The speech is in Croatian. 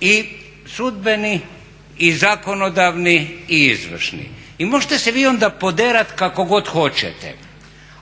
i sudbeni i zakonodavni i izvršni. I možete se vi onda poderati kako god hoćete